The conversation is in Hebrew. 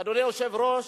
אדוני היושב-ראש,